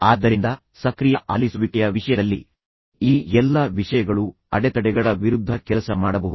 ಆದ್ದರಿಂದ ಸಕ್ರಿಯ ಆಲಿಸುವಿಕೆಯ ವಿಷಯದಲ್ಲಿ ಈ ಎಲ್ಲಾ ವಿಷಯಗಳು ಅಡೆತಡೆಗಳ ವಿರುದ್ಧ ಕೆಲಸ ಮಾಡಬಹುದು